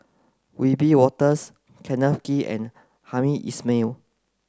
Wiebe Wolters Kenneth Kee and Hamed Ismail